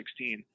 2016